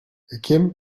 ekim